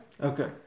okay